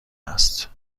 است